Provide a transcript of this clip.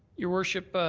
your worship,